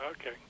Okay